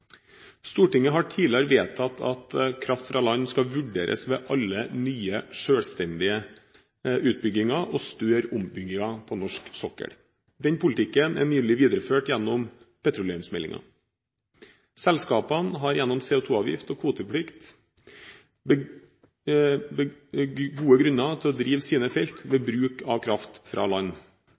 Stortinget har tidligere vedtatt at kraft fra land skal vurderes ved alle nye selvstendige utbygginger og større ombygginger på norsk sokkel. Den politikken er nylig videreført gjennom petroleumsmeldingen. Selskapene har gjennom CO2-avgift og kvoteplikt gode grunner til å drive sine felt ved bruk av kraft fra land.